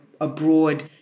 abroad